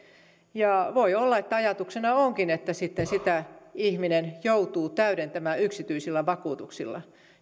voi olla että ajatuksena onkin että sitten sitä ihminen joutuu täydentämään yksityisillä vakuutuksilla